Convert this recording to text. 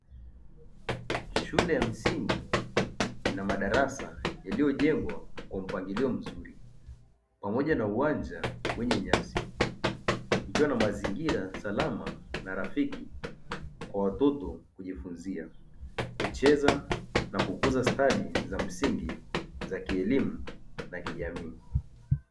Shule ya msingi ina madarasa yaliyojengwa kwa mpangilio mzuri pamoja na uwanja wenye nyasi ikiwa na mazingira salama na rafiki kwa watoto kujifunzia, kucheza na kukuza stadi za msingi za kielimu na kijamii.